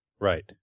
Right